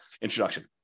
introduction